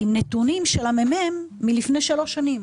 עם נתונים של הממ"מ מלפני שלוש שנים?